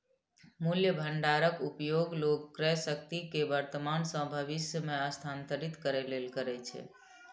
मूल्य भंडारक उपयोग लोग क्रयशक्ति कें वर्तमान सं भविष्य मे स्थानांतरित करै लेल करै छै